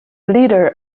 leader